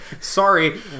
Sorry